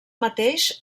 mateix